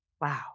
wow